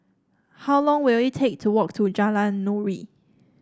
how long will it take to walk to Jalan Nuri